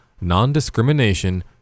non-discrimination